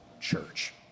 church